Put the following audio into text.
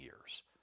years